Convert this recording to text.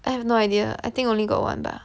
I have no idea I think only got [one] bah